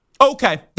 Okay